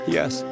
Yes